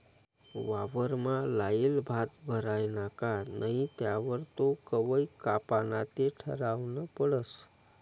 वावरमा लायेल भात भरायना का नही त्यावर तो कवय कापाना ते ठरावनं पडस